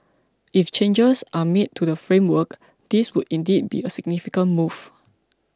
if changes are made to the framework this would indeed be a significant move